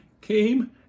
came